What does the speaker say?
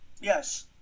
Yes